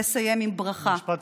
לסיים בברכה, משפט